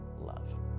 love